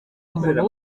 umuntu